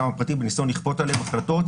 על עצמי,